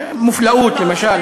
מופלאות למשל.